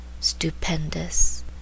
Stupendous